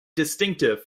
distinctive